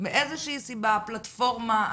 מאיזו שהיא סיבה או הפלטפורמה,